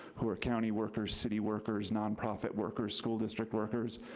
who are county workers, city workers, nonprofit workers, school district workers,